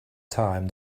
time